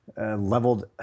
Leveled